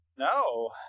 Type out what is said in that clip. no